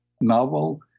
Novel